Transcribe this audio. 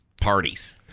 parties